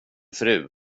fru